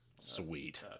Sweet